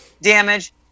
damage